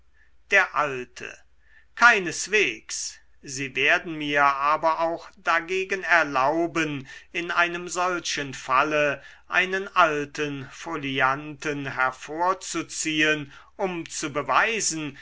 der alte keineswegs sie werden mir aber auch dagegen erlauben in einem solchen falle einen alten folianten hervorzuziehen um zu beweisen